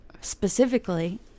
specifically